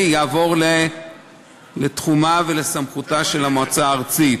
יעבור לתחומה ולסמכותה של המועצה הארצית.